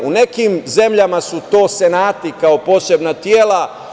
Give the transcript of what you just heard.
U nekim zemljama su to senata kao posebna tela.